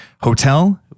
hotel